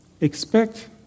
expect